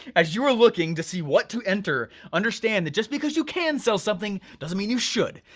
as you are looking to see what to enter, understand that just because you can sell something, doesn't mean you should.